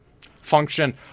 function